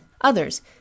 others